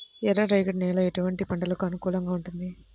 ఎర్ర రేగడి నేల ఎటువంటి పంటలకు అనుకూలంగా ఉంటుంది?